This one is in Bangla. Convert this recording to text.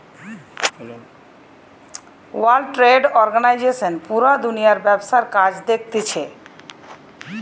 ওয়ার্ল্ড ট্রেড অর্গানিজশন পুরা দুনিয়ার ব্যবসার কাজ দেখতিছে